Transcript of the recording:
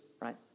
right